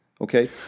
Okay